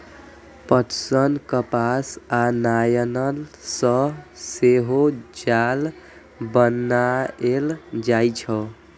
पटसन, कपास आ नायलन सं सेहो जाल बनाएल जाइ छै